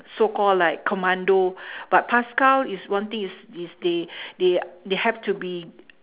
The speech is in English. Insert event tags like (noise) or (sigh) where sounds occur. so called like commando (breath) but paskal is one thing is is they (breath) they a~ they have to be